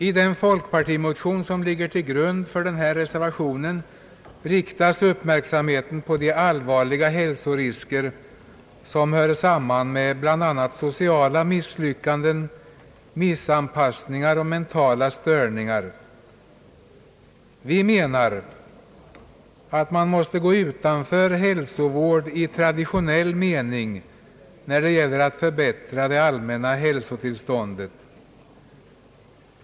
I den folkpartimotion som ligger till grund för reservationen i förevarande utlåtande riktas uppmärksamheten på de allvarliga hälsorisker som hör samman med bl.a. sociala misslyckanden, missanpassning och mentala störningar. Vi reservanter menar att man måste gå utanför hälsooch sjukvård i traditionell mening när det gäller att förbättra det allmänna hälsotillståndet.